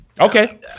Okay